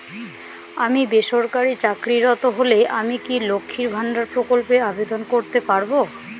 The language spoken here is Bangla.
আমি বেসরকারি চাকরিরত হলে আমি কি লক্ষীর ভান্ডার প্রকল্পে আবেদন করতে পারব?